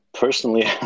Personally